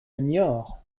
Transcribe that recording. niort